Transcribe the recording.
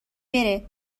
بره